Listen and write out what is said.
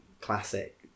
classic